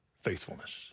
faithfulness